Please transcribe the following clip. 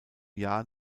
jahr